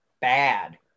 bad